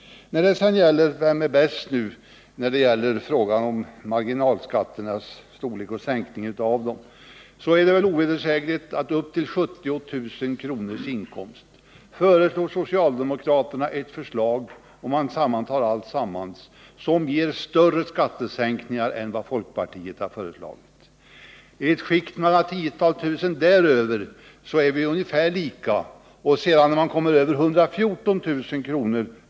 När det sedan gäller frågan om vem som är bäst i fråga om marginalskattesänkningar är det väl ovedersägligt att upp till inkomster på 70 000 kr. ger socialdemokraternas förslag, om man tar hänsyn till alla faktorer, större skattesänkningar än vad folkpartiet föreslagit. I de skikt som ligger några tiotusentals kronor däröver är vi ungefär lika. När man kommer upp i inkomster på över 114 000 kr.